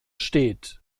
steht